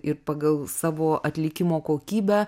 ir pagal savo atlikimo kokybę